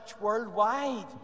worldwide